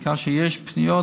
וכאשר יש פניות